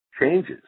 changes